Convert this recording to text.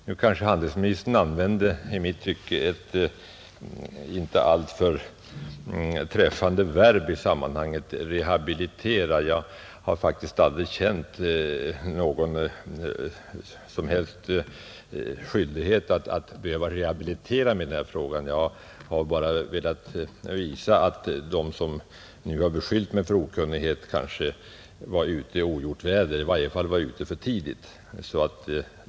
Nu kanske handelsministern använde i mitt tycke ett inte "alltför träffande verb i sammanhanget: rehabilitera, Jag har faktiskt aldrig känt någon som helst skyldighet att behöva rehabilitera mig i frågan, utan jag har bara velat visa att de som nu har beskyllt mig för okunnighet kanske varit ute i ogjort väder eller i varje fall varit ute för tidigt.